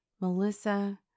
Melissa